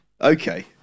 Okay